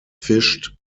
fischt